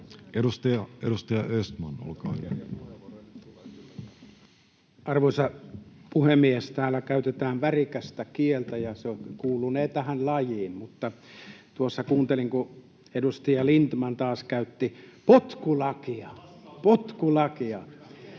Time: 13:23 Content: Arvoisa puhemies! Täällä käytetään värikästä kieltä, ja se kuulunee tähän lajiin, mutta tuossa kuuntelin, kun edustaja Lindtman taas käytti termiä ”potkulaki”